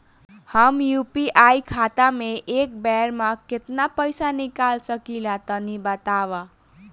हम यू.पी.आई खाता से एक बेर म केतना पइसा निकाल सकिला तनि बतावा?